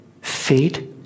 Fate